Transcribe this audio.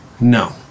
no